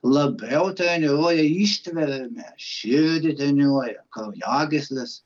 labiau treniruoja ištvermę širdį treniruoja kraujagysles